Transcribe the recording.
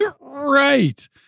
Right